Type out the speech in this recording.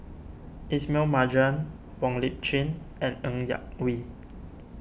Ismail Marjan Wong Lip Chin and Ng Yak Whee